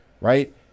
right